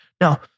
Now